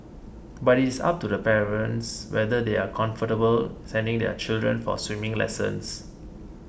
but it is up to the parents whether they are comfortable sending their children for swimming lessons